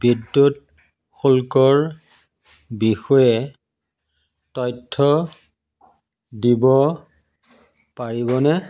বিদ্যুৎ শুল্কৰ বিষয়ে তথ্য দিব পাৰিবনে